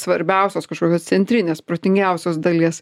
svarbiausios kažkokios centrinės protingiausios dalies